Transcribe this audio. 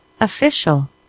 official